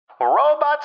Robots